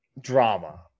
drama